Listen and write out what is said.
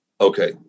Okay